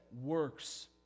works